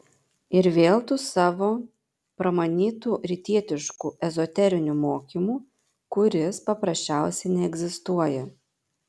ir vėl tu su savo pramanytu rytietišku ezoteriniu mokymu kuris paprasčiausiai neegzistuoja